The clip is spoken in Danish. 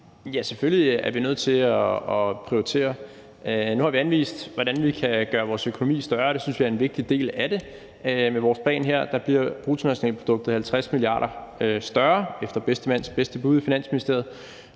Ja, selvfølgelig er vi nødt til at prioritere. Nu har vi anvist, hvordan vi kan gøre vores økonomi større, og det synes vi er en vigtig del af det. Med vores plan her bliver bruttonationalproduktet 50 mia. kr. større, efter bedste mands bedste bud i Finansministeriet,